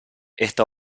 esta